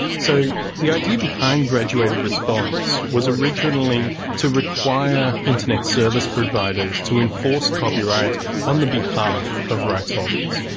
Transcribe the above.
so the idea behind graduated response was originally to require internet service providers to enforce copyright on the behalf of rights holders.